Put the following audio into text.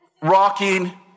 rocking